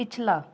ਪਿਛਲਾ